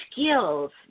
skills